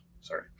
Sorry